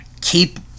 keep